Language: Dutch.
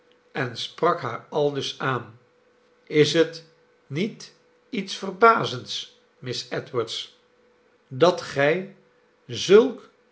en sprak haar aldus aan is het niet iets verbazends m i s s edwards dat gij zulk